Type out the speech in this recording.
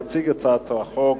יציג את הצעת החוק